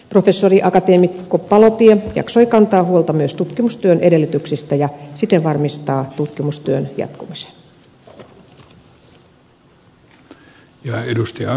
professori akateemikko palotie jaksoi kantaa huolta myös tutkimustyön edellytyksistä ja siten varmistaa tutkimustyön jatkumisen